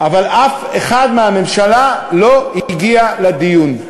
אבל אף אחד מהממשלה לא הגיע לדיון.